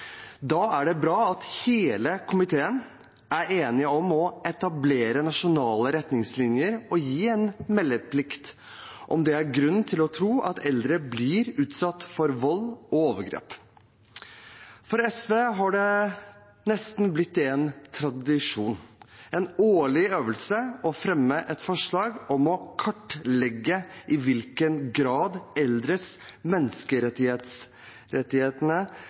Da er det bra at hele komiteen er enige om å etablere nasjonale retningslinjer og gi en meldeplikt dersom det er grunn til å tro at eldre blir utsatt for vold og overgrep. For SV er det nesten blitt en tradisjon, en årlig øvelse, å fremme et forslag om å kartlegge i hvilken grad eldres